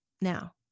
Now